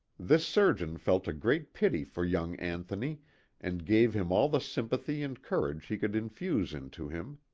this surgeon felt a great pity for young anthony and gave him all the sympathy and courage he could infuse into him.